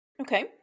Okay